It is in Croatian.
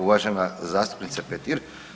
Uvažena zastupnice Petir.